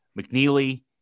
McNeely